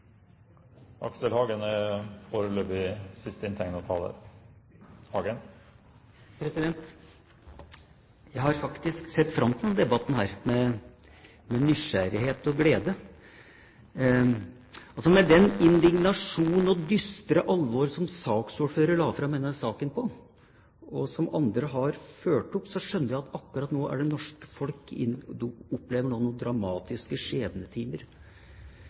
Jeg har faktisk sett fram til denne debatten med nysgjerrighet og glede. Med den indignasjon og det dystre alvor som saksordføreren la fram denne saken med, og som andre har fulgt opp, skjønner vi at akkurat nå, mens denne debatten foregår, opplever det norske folk